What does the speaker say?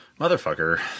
Motherfucker